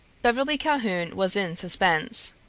beverly calhoun was in suspense.